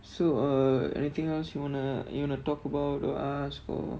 so uh anything else you wanna you wanna talk about or ask for